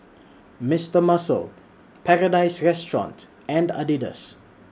Mister Muscle Paradise Restaurant and Adidas